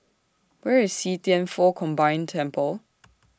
Where IS See Thian Foh Combined Temple